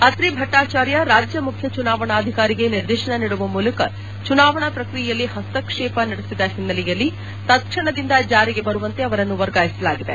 ಅತ್ರಿ ಭಟ್ನಾಚಾರ್ಯ ಅವರು ರಾಜ್ಯ ಮುಖ್ಯ ಚುನಾವಣಾಧಿಕಾರಿಗೆ ನಿರ್ದೇಶನ ನೀಡುವ ಮೂಲಕ ಚುನಾವಣಾ ಪ್ರಕ್ರಿಯೆಯಲ್ಲಿ ಹಸ್ತಕ್ಷೇಪ ನಡೆಸಿದ ಹಿನ್ನೆಲೆಯಲ್ಲಿ ತತ್ಕ್ಷಣದಿಂದ ಜಾರಿಗೆ ಬರುವಂತೆ ಅವರನ್ನು ವರ್ಗಾಯಿಸಲಾಗಿದೆ